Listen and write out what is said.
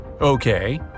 Okay